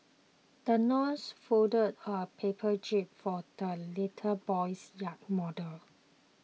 the nurse folded a paper jib for the little boy's yacht model